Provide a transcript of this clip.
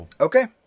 Okay